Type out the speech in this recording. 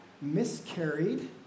miscarried